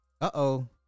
Uh-oh